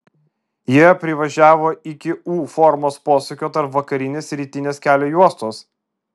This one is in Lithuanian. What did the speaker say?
jie privažiavo iki u formos posūkio tarp vakarinės ir rytinės kelio juostos